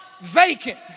vacant